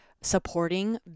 supporting